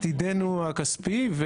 עתידנו הכספי.